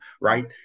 right